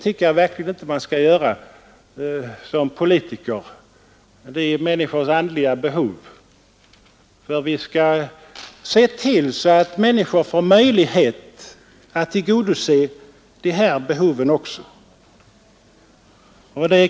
Det gäller människors andliga behov. Vi skall se till att människor får möjlighet att tillgodose även dessa behov.